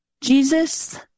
Jesus